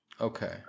Okay